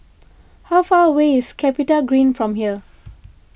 how far away is CapitaGreen from here